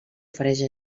ofereix